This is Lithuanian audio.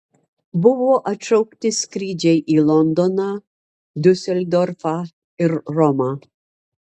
buvo atšaukti skrydžiai į londoną diuseldorfą ir romą